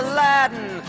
Aladdin